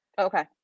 Okay